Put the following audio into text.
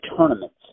tournaments